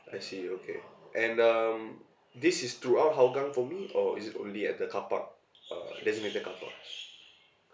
I see okay and um this is throughout hougang for me or is it only at the car park uh designated car park